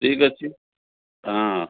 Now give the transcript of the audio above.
ଠିକ୍ ଅଛି ହଁ